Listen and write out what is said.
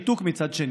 מנסור.